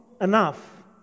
enough